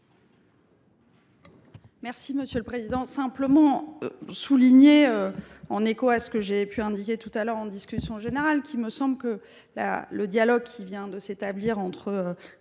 Mercier. Monsieur le président,